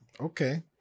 Okay